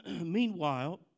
Meanwhile